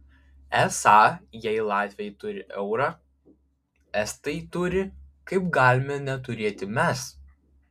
esą jei latviai turi eurą estai turi kaip galime neturėti mes